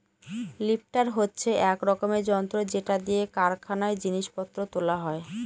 lifter হচ্ছে এক রকমের যন্ত্র যেটা দিয়ে কারখানায় জিনিস পত্র তোলা হয়